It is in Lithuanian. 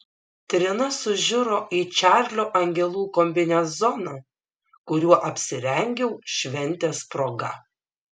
trina sužiuro į čarlio angelų kombinezoną kuriuo apsirengiau šventės proga